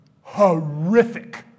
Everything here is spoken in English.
horrific